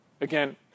Again